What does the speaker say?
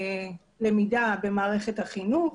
למידה במערכת החינוך,